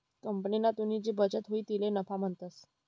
कंपनीमा तुनी जी बचत हुई तिले नफा म्हणतंस